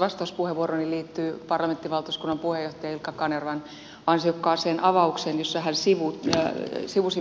vastauspuheenvuoroni liittyy parlamenttivaltuuskunnan puheenjohtaja ilkka kanervan ansiokkaaseen avaukseen jossa hän sivusi